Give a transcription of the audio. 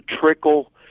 trickle